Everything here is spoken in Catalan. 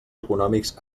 econòmics